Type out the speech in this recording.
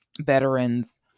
veterans